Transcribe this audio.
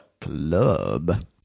club